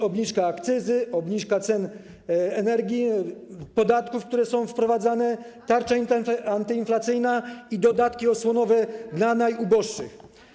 To obniżka akcyzy, obniżka cen energii, podatków, które są wprowadzane, tarcza antyinflacyjna i dodatki osłonowe dla najuboższych.